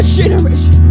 generation